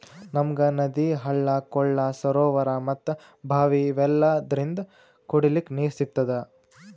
ನಮ್ಗ್ ನದಿ ಹಳ್ಳ ಕೊಳ್ಳ ಸರೋವರಾ ಮತ್ತ್ ಭಾವಿ ಇವೆಲ್ಲದ್ರಿಂದ್ ಕುಡಿಲಿಕ್ಕ್ ನೀರ್ ಸಿಗ್ತದ